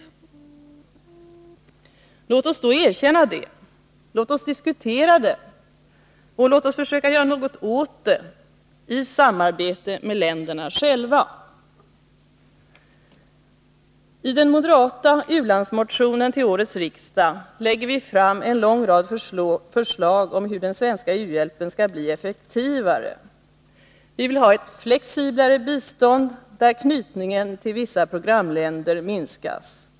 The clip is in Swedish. Låt oss då erkänna det, låt oss diskutera det och låt oss försöka göra något åt det, i samarbete med länderna själva. I den moderata u-landsmotionen till årets riksdag lägger vi fram en lång rad förslag om hur den svenska u-hjälpen skall bli effektivare. Vi vill ha ett flexiblare bistånd, där knytningen till vissa programländer minskas.